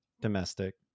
domestic